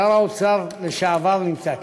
שר האוצר לשעבר נמצא כאן.